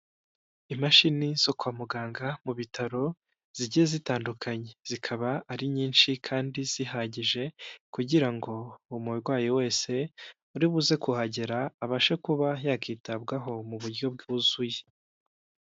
Imashini zo kwa muganga mu bitaro zigiye zitandukanye, zikaba ari nyinshi kandi zihagije kugira ngo umurwayi wese uri buze kuhagera abashe kuba yakitabwaho mu buryo bwuzuye.